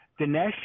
Dinesh